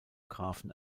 grafen